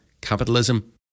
capitalism